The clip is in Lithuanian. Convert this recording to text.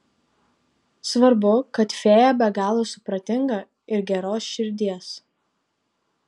svarbu kad fėja be galo supratinga ir geros širdies